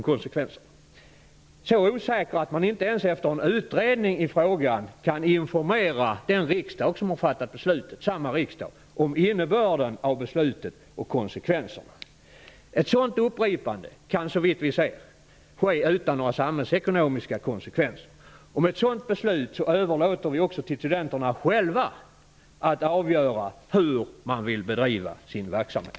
Man är så osäker att man inte ens efter en utredning i frågan kan informera samma riksmöte som har fattat beslutet om innebörden och konsekvenserna av beslutet. Ett sådant upprivande kan, såvitt vi kan se, ske utan några samhällsekonomiska konsekvenser. Med ett sådant beslut överlåter vi också till studenterna själva att avgöra hur de vill bedriva sin verksamhet.